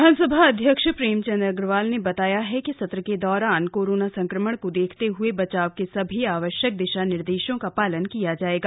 विधानसभा अध्यक्ष प्रेमचंद अग्रवाल ने बताया है कि सत्र के दौरान कोरोना संक्रमण को देखते हुए बचाव के सभी आवश्यक दिशा निर्देशों का पालन किया जाएगा